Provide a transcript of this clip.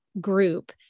group